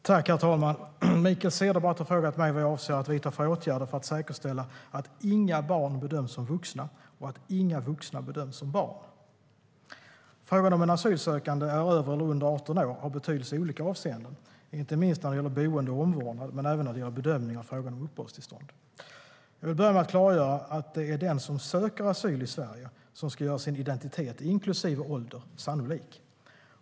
Herr talman! Mikael Cederbratt har frågat mig vad jag avser att vidta för åtgärder för att säkerställa att inga barn bedöms som vuxna och att inga vuxna bedöms som barn. Frågan om en asylsökande är över eller under 18 år har betydelse i olika avseenden, inte minst när det gäller boende och omvårdnad men även när det gäller bedömning av frågan om uppehållstillstånd. Jag vill börja med att klargöra att det är den som söker asyl i Sverige som ska göra sin identitet, inklusive ålder, sannolik.